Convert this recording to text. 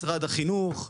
משרד החינוך,